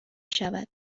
شود